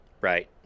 Right